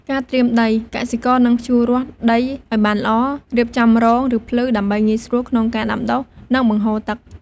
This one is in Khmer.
ការត្រៀមដី កសិករនឹងភ្ជួររាស់ដីឱ្យបានល្អ រៀបចំរង ឬភ្លឺ ដើម្បីងាយស្រួលក្នុងការដាំដុះ និងបង្ហូរទឹក។